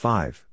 Five